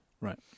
Right